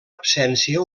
absència